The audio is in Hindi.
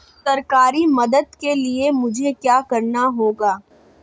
सरकारी मदद के लिए मुझे क्या करना होगा?